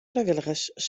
frijwilligers